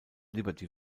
liberty